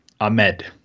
Ahmed